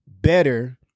better